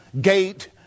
gate